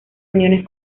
uniones